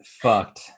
fucked